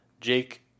Jake